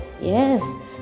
yes